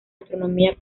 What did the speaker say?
gastronomía